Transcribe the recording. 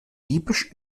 diebisch